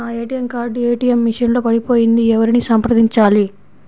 నా ATM card ATM machine లో పడిపోయింది ఎవరిని సంప్రదించాలి?